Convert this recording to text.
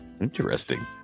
Interesting